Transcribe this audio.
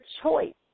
choice